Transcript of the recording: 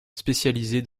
spécialisé